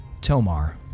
Tomar